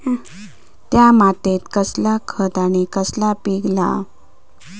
त्या मात्येत कसला खत आणि कसला पीक लाव?